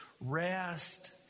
rest